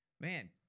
man